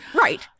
Right